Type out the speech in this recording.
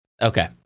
Okay